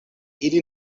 ili